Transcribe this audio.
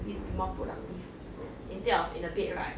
will it more productive instead of in the bed right